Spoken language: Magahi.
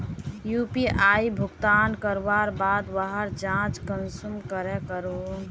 यु.पी.आई भुगतान करवार बाद वहार जाँच कुंसम करे करूम?